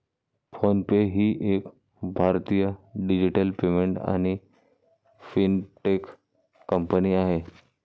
phone पे ही एक भारतीय डिजिटल पेमेंट आणि फिनटेक कंपनी आहे